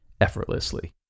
effortlessly